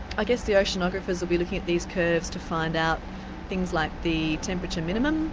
i guess the oceanographers will be looking at these curves to find out things like the temperature minimum.